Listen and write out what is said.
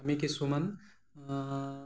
আমি কিছুমান